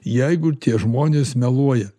jeigu tie žmonės meluoja